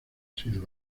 sino